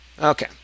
Okay